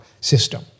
system